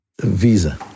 visa